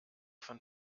von